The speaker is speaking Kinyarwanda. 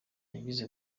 yagize